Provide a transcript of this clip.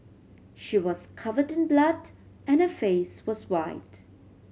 she was covered in blood and her face was white